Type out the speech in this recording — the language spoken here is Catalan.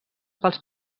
pels